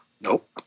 Nope